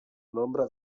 nombre